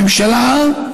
הממשלה,